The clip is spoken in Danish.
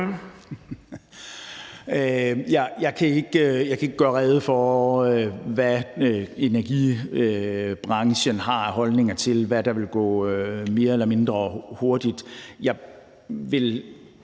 Jeg kan ikke gøre rede for, hvad energibranchen har af holdninger til, hvad der vil gå mere eller mindre hurtigt. Jeg vil